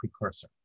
precursor